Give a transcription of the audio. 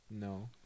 No